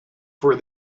for